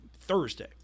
Thursday